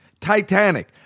titanic